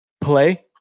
play